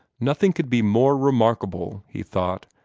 nothing could be more remarkable, he thought,